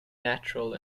natural